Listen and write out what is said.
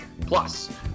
Plus